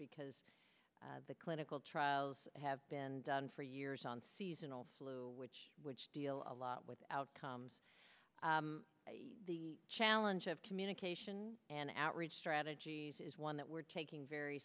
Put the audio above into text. because the clinical trials have been done for years on seasonal flu which deal a lot with outcomes the challenge of communication and outreach strategies is one that we're taking very